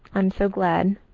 i'm so glad.